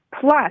Plus